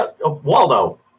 Waldo